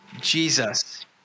Jesus